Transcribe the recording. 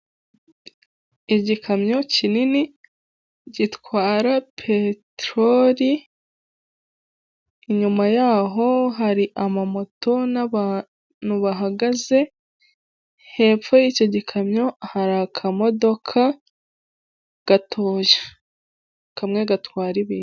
Igikamyo kinini gitwara peteroli, inyuma yaho hari amamoto n'abantu bahagaze hepfo y'icyo gikamyo, hari akamodoka gatoya kamwe gatwara ibintu.